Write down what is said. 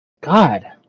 God